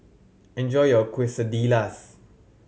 enjoy your Quesadillas